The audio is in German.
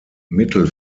mittel